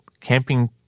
camping